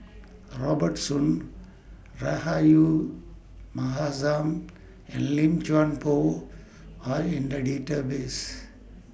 Robert Soon Rahayu Mahzam and Lim Chuan Poh Are in The Database